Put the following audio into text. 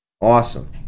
Awesome